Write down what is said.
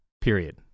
Period